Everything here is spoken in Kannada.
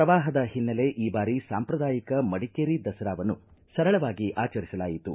ಪ್ರವಾಹದ ಹಿನ್ನೆಲೆ ಈ ಬಾರಿ ಸಂಪ್ರದಾಯಿಕ ಮಡಿಕೇರಿ ದಸರಾವನ್ನು ಸರಳವಾಗಿ ಆಚರಿಸಲಾಯಿತು